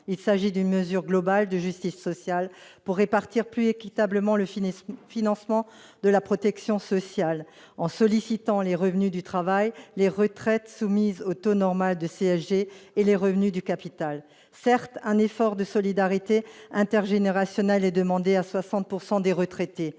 il s'agit d'une mesure globale de justice sociale pour répartir plus équitablement le financement, financement de la protection sociale en sollicitant les revenus du travail, les retraites, soumise au taux normal de CSG et les revenus du capital, certes, un effort de solidarité intergénérationnelle et demandé à 60 pourcent